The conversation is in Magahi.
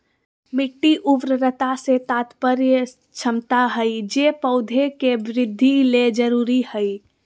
मिट्टी उर्वरता से तात्पर्य क्षमता हइ जे पौधे के वृद्धि ले जरुरी हइ